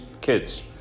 kids